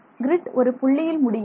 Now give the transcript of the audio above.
grid ஒரு புள்ளியில் முடியும்